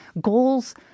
goals